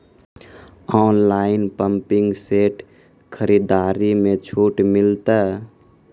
Online pumping set खरीदारी मे छूट मिलता?